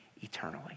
eternally